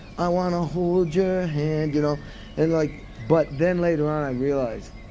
i want to hold your hand. you know and like but then later on, i realized,